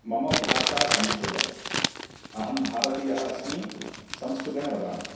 मम भाषा संस्कृतम् अहं भारतीयः अस्मि संस्कृतेन वदामि